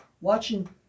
watching